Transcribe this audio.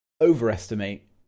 overestimate